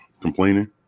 complaining